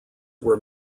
were